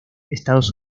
estados